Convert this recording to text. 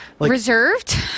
Reserved